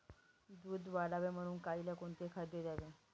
दूध वाढावे म्हणून गाईला कोणते खाद्य द्यावे?